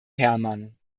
herman